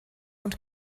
und